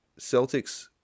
Celtics